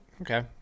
Okay